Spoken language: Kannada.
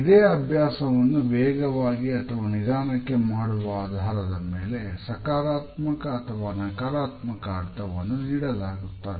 ಇದೇ ಅಭ್ಯಾಸವನ್ನು ವೇಗವಾಗಿ ಅಥವಾ ನಿಧಾನಕ್ಕೆ ಮಾಡುವ ಆಧಾರದ ಮೇಲೆ ಸಕಾರಾತ್ಮಕ ಅಥವಾ ನಕಾರಾತ್ಮಕ ಅರ್ಥವನ್ನು ನೀಡಲಾಗುತ್ತದೆ